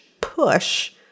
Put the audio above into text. push